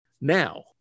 Now